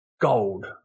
gold